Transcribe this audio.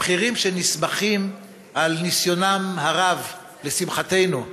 הבכירים, שנסמכים על ניסיונם הרב, לשמחתנו,